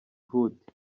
huti